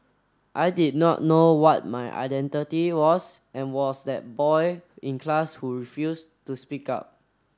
I did not know what my identity was and was that boy in class who refused to speak up